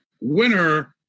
winner